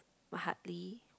h~ hardly